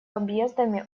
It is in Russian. объездами